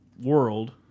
world